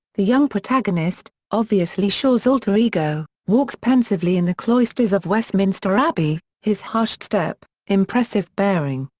the young protagonist, obviously shaw's alter ego, walks pensively in the cloisters of westminster abbey his hushed step, impressive bearing,